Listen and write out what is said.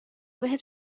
بهت